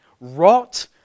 Rot